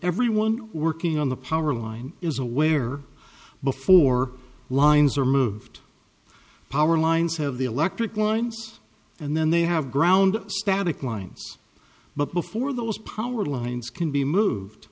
everyone working on the power line is aware before lines are moved the power lines have the electric lines and then they have ground static lines but before those power lines can be moved